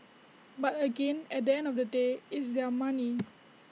but again at the end of the day is their money